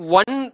one